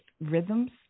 rhythms